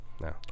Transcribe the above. No